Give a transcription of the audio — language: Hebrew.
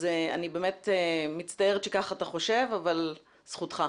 אז אני באמת מצטערת שכך אתה חושב, אבל זכותך.